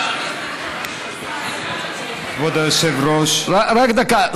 כבוד היושב-ראש, רק דקה.